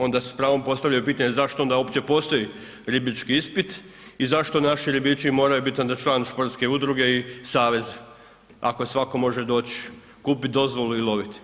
Onda se s pravom postavlja pitanje zašto onda uopće postoji ribički ispit i zašto naši ribiči moraju biti onda član športske udruge i saveza, ako svatko može doći, kupiti dozvolu i loviti.